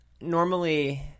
normally